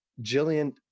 Jillian